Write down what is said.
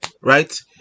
right